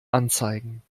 anzeigen